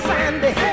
Sandy